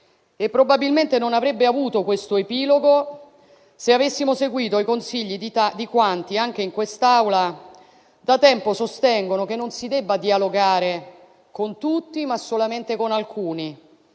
e probabilmente non avrebbe avuto questo epilogo se avessimo seguito i consigli di quanti, anche in quest'Aula, da tempo sostengono che non si debba dialogare con tutti, ma solamente con alcuni,